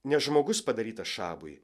ne žmogus padarytas šabui